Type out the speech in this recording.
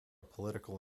political